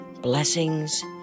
blessings